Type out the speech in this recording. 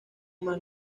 más